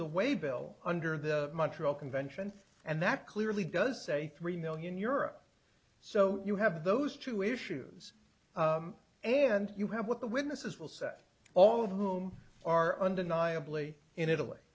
the way bill under the montreal convention and that clearly does say three million euro so you have those two issues and you have what the witnesses will say all of whom are undeniably in italy